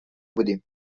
بودیم